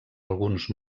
alguns